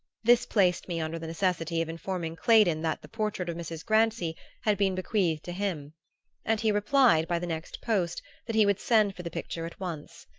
this placed me under the necessity of informing claydon that the portrait of mrs. grancy had been bequeathed to him and he replied by the next post that he would send for the picture at once.